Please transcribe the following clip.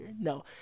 No